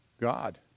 god